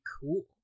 cool